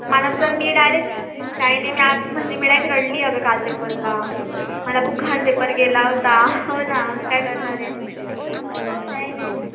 मला तर मी डायरेक्ट काय नाही मी आज म्हणजे मी डायक रडली अगं काल पेपरला मला खूप घाण पेपर गेला होता हो ना काय करणार आहे काय नाही